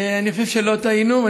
אני חושב שלא טעינו,